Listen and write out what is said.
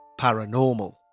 Paranormal